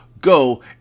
go